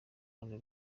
hano